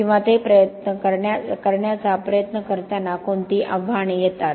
किंवा ते करण्याचा प्रयत्न करताना कोणती आव्हाने येतात